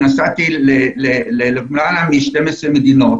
נסעתי ללמעלה מ-12 מדינות